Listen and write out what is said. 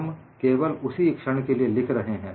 हम केवल उसी क्षण के लिए लिख रहे हैं